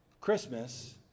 Christmas